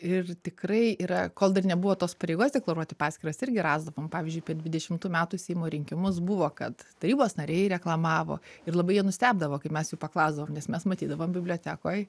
ir tikrai yra kol dar nebuvo tos pareigos deklaruoti paskiras irgi rasdavom pavyzdžiui per dvidešimtų metų seimo rinkimus buvo kad tarybos nariai reklamavo ir labai jie nustebdavo kai mes jų paklausdavom nes mes matydavom bibliotekoj